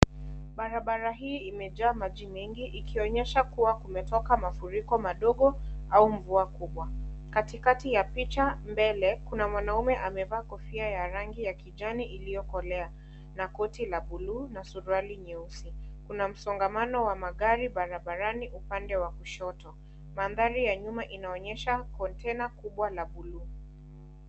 Barabara hii imejaa maji mengi ikionyesha mafuriko madogo au mvua kubwa. Katikati ya picha mbele kuna mwanaume amevaa kofia ya rangi ya kijani iliyokolea na koti la buluu na suruali nyeusi. Kuna msongamano wa magari barabarani upande wa kushoto. Nyuma inaonyesha kontena kubwa la buluu.